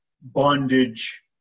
bondage